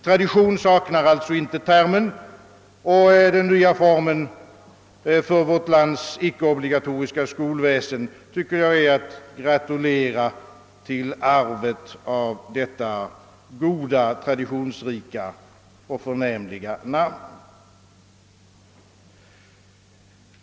Tradition saknar alltså inte termen, och den nya formen för vårt lands icke-obligatoriska skolväsen tycker jag är att gratulera till arvet av detta goda, traditionsrika och förnämliga namn.